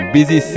Busy